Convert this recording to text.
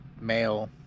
male